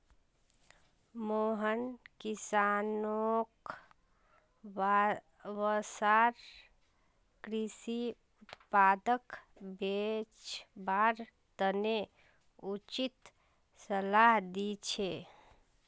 मोहन किसानोंक वसार कृषि उत्पादक बेचवार तने उचित सलाह दी छे